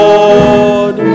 Lord